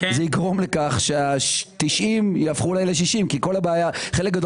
זה יגרום לכך שה-90 יהפכו ל-60 כי חלק גדול